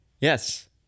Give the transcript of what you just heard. Yes